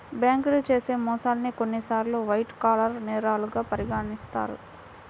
బ్యేంకులు చేసే మోసాల్ని కొన్నిసార్లు వైట్ కాలర్ నేరాలుగా పరిగణిత్తారు